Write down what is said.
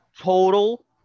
total